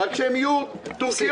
רק שהן יהיו טורקיות